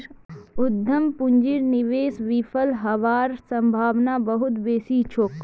उद्यम पूंजीर निवेश विफल हबार सम्भावना बहुत बेसी छोक